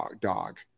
dog